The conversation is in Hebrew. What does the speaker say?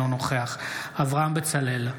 אינו נוכח אברהם בצלאל,